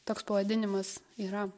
toks pavadinimas yra